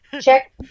Check